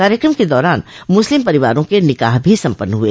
कार्यक्रम के दौरान मुस्लिम परिवारों के निकाह भी सम्पन्न हुए